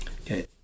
Okay